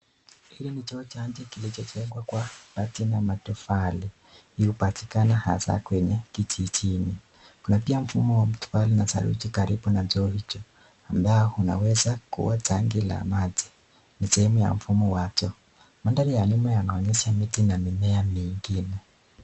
Hili ni choo chache kilichojengwa kwa bati na matofali ,hupatikana haswaa kijijini . Kuna pia mfumo wa matofali na saruji karibu na choo hicho ambao unaweza kua tangi la maji. Ni sehemu ya mfumo wa choo. Ni mandhari nyuma inaonyesha miti na mimea mingine .